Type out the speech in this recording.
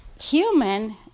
human